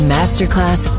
Masterclass